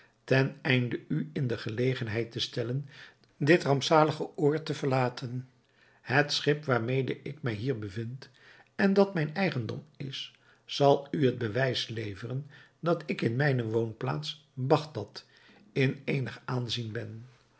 ten einde u in de gelegenheid te stellen dit rampzalige oord te verlaten het schip waarmede ik mij hier bevind en dat mijn eigendom is zal u het bewijs leveren dat ik in mijne woonplaats bagdad in eenig aanzien ben